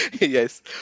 Yes